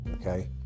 okay